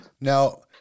Now